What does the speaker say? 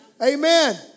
Amen